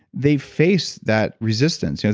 they face that resistance. you know